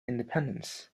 independence